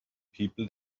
people